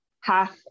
half